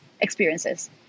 experiences